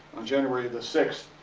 on january the sixth,